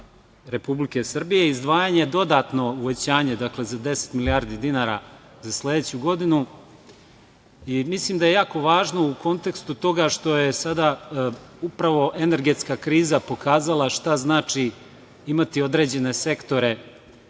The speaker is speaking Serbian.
Republike Srbije izdvajanje i dodatno uvećanje za 10 milijardi dinara za sledeću godinu i mislim da je jako važno u kontekstu toga što je sada upravo energetska kriza pokazala šta znači imati određene sektore